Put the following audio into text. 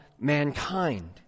mankind